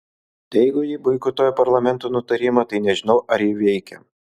tai jeigu ji boikotuoja parlamento nutarimą tai nežinau ar ji veikia